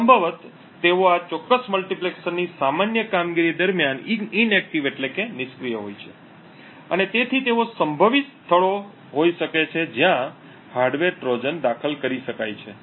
અને સંભવત તેઓ આ ચોક્કસ મલ્ટિપ્લેક્સરની સામાન્ય કામગીરી દરમિયાન નિષ્ક્રિય હોય છે અને તેથી તેઓ સંભવિત સ્થળો હોઈ શકે છે જ્યાં હાર્ડવેર ટ્રોજન દાખલ કરી શકાય છે